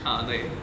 ah 对